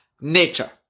nature